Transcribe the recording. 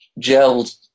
gelled